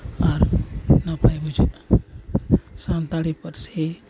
ᱟᱨ ᱱᱟᱯᱟᱭ ᱵᱩᱡᱷᱟᱹᱜᱼᱟ ᱥᱟᱱᱛᱟᱲᱤ ᱯᱟᱹᱨᱥᱤ